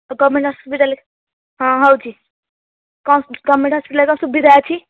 government hospital ହଁ ହେଉଛି କ'ଣ ଗଭର୍ଣ୍ଣମେଣ୍ଟ୍ ହସ୍ପିଟାଲ୍ କ'ଣ ସୁବିଧା ଅଛି